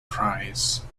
prize